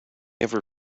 ever